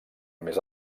més